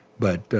but